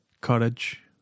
courage